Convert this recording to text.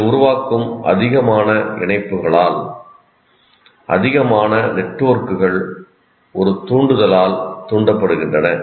நீங்கள் உருவாக்கும் அதிகமான இணைப்புகளால் அதிகமான நெட்வொர்க்குகள் ஒரு தூண்டுதலால் தூண்டப்படுகின்றன